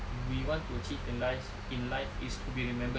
we want to achieve in life in life is to be remembered